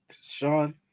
Sean